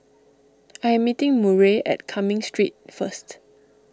I am meeting Murray at Cumming Street first